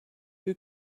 who